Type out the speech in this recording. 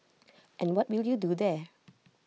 and what will you do there